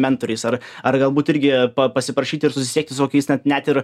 mentoriais ar ar galbūt irgi pa pasiprašyt ir susisiekti su kokiais net net ir